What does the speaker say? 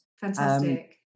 Fantastic